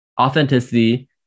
Authenticity